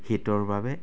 শীতৰ বাবে